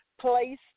place